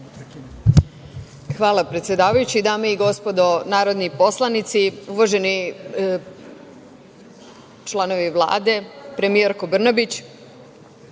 Hvala predsedavajući. Dame i gospodo narodni poslanici, uvaženi članovi Vlade, premijerko Brnabić. Sve